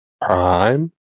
Prime